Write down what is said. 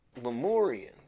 Lemurians